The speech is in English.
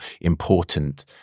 important